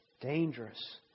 dangerous